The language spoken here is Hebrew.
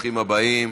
ברוכים הבאים.